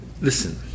Listen